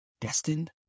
Destined